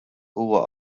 huwa